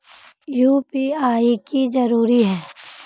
UPI की जरूरी है?